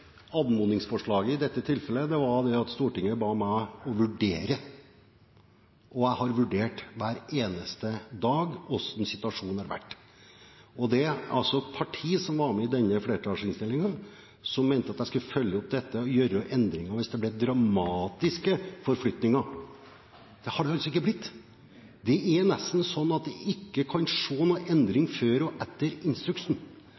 Anmodningsforslaget var i dette tilfellet at Stortinget ba meg vurdere, og hver eneste dag har jeg vurdert hvordan situasjonen har vært. Det er altså et parti som var med i denne flertallsinnstillingen, som mente at jeg skulle følge opp dette og gjøre endringer hvis det ble dramatiske forflytninger. Det har det altså ikke blitt. Det er nesten sånn at en ikke kan se noen endring før og etter instruksen.